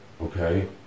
okay